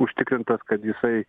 užtikrintas kad jisai